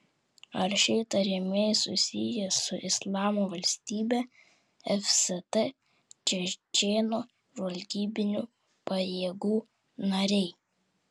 ar šie įtariamieji susiję su islamo valstybe fst čečėnų žvalgybinių pajėgų nariai